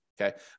Okay